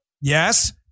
Yes